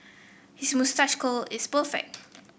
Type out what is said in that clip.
his moustache curl is perfect